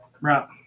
Right